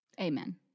Amen